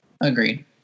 agreed